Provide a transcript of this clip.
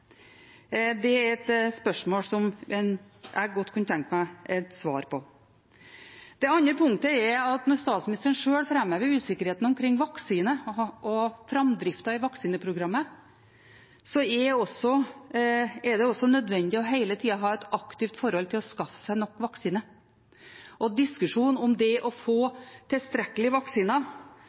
Det er et spørsmål jeg godt kunne tenkt meg et svar på. Det andre punktet er at når statsministeren sjøl framhever usikkerheten omkring vaksine og framdriften i vaksineprogrammet, er det også nødvendig hele tida å ha et aktivt forhold til å skaffe seg nok vaksiner. Diskusjonene om å få tilstrekkelig med vaksiner